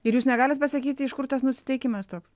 ir jūs negalit pasakyti iš kur tas nusiteikimas toks